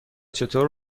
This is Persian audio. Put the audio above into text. چطور